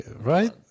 right